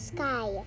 Sky